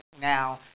now